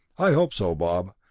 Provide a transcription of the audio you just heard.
i hope so, bob,